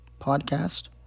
podcast